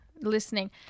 listening